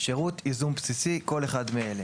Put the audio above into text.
"שירות ייזום בסיסי" כל אחד מאלה: